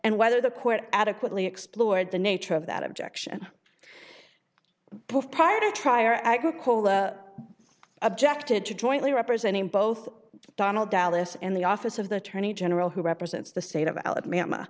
and whether the court adequately explored the nature of that objection prior to try or agricola objected to jointly representing both donald dallas and the office of the attorney general who represents the state of alabama